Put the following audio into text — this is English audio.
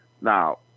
now